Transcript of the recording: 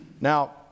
Now